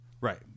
Right